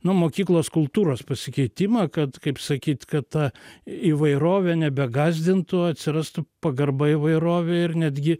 nu mokyklos kultūros pasikeitimą kad kaip sakyt kad ta įvairovė nebegąsdintų atsirastų pagarba įvairovei ir netgi